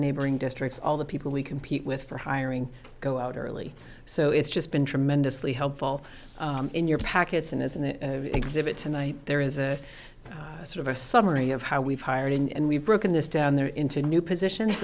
neighboring districts all the people we compete with for hiring go out early so it's just been tremendously helpful in your packets and as an exhibit tonight there is a sort of a summary of how we've hired in and we've broken this down there into a new position